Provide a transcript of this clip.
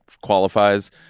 qualifies